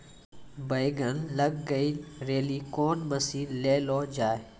बैंगन लग गई रैली कौन मसीन ले लो जाए?